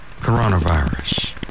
coronavirus